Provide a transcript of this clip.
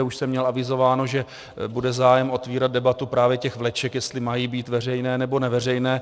Už jsem měl avizováno, že bude zájem otvírat debatu právě těch vleček, jestli mají být veřejné, nebo neveřejné.